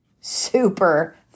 Super